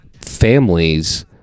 families